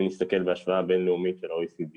אם נסתכל בהשוואה בין לאומית על ה-OECD